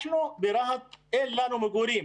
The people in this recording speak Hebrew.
אנחנו ברהט אין לנו מגורים.